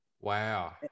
Wow